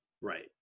Right